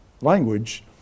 language